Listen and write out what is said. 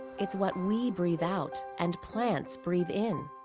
it's what we breathe out and plants breathe in.